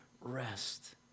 rest